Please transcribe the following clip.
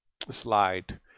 Slide